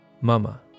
Mama